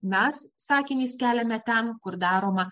mes sakinį skeliame ten kur daroma